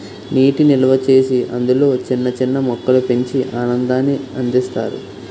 నీటి నిల్వచేసి అందులో చిన్న చిన్న మొక్కలు పెంచి ఆనందాన్ని అందిస్తారు